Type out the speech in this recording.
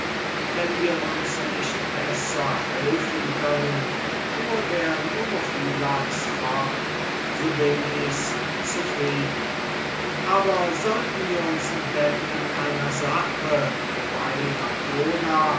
wenn wir uns nicht besser helfen können fuhr der nomophylax fort so bin ichs zufrieden aber sollten wir in einer sache wobei latona